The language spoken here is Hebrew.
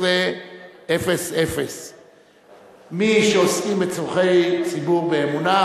16:00. מי שעוסקים בצורכי ציבור באמונה,